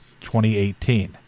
2018